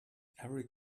every